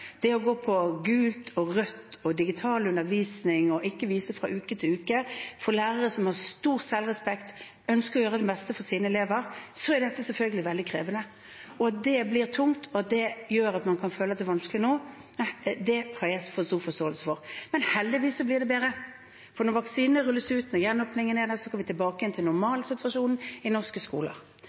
Det å gå på gult og rødt tiltaksnivå og å ha digital undervisning og ikke vite fra uke til uke, for lærere som har stor selvrespekt og ønsker å gjøre det beste for sine elever, er selvfølgelig veldig krevende. At det blir tungt, og at det gjør at man kan føle at det er vanskelig nå, det har jeg stor forståelse for. Men heldigvis blir det bedre, for når vaksinene rulles ut, når gjenåpningen er der, går vi tilbake igjen til normalsituasjonen i norske skoler.